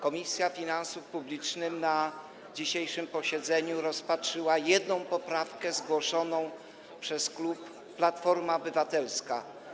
Komisja Finansów Publicznych na dzisiejszym posiedzeniu rozpatrzyła jedną poprawkę zgłoszoną przez klub Platforma Obywatelska.